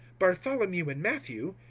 bartholomew and matthew,